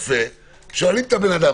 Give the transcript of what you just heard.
שמגיע לבית קפה,